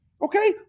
Okay